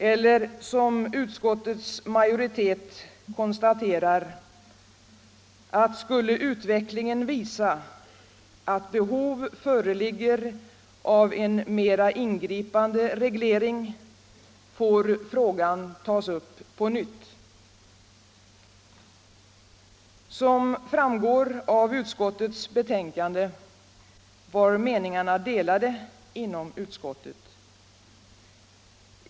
Eller som utskottets majoritet konstaterar: ”Skulle utvecklingen visa att behov föreligger av en mera ingripande reglering får frågan tas upp på nytt.” Som framgår av utskottets betänkande var meningarna delade inom utskottet.